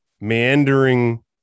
meandering